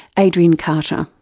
adrian carter.